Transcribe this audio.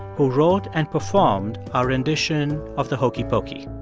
who wrote and performed our rendition of the hokey pokey.